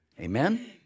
Amen